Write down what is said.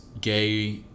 Gay